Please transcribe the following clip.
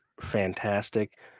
fantastic